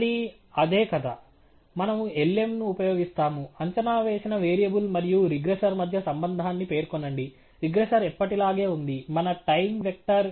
మళ్ళీ అదే కథ మనము lm ను ఉపయోగిస్తాము అంచనా వేసిన వేరియబుల్ మరియు రిగ్రెసర్ మధ్య సంబంధాన్ని పేర్కొనండి రిగ్రెసర్ ఎప్పటిలాగే ఉంది మన టైమ్ వెక్టర్